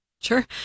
sure